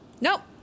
Nope